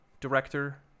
director